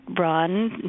run